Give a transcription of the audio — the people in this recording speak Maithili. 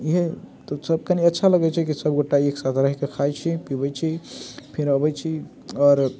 इहे तऽ सब कनी अच्छा लगैत छै कि सब गोटा एक साथ रहिके खाइत छी पीबैत छी फेर अबैत छी आओर